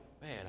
Man